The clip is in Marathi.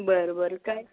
बरं बरं काय